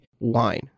wine